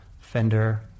Fender